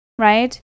right